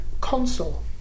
console